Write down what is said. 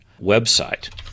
website